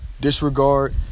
disregard